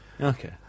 Okay